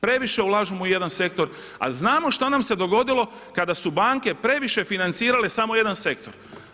Previše ulažemo u jedan sektor, a znamo šta nam se dogodilo kada su banke previše financirale samo jedan sektor.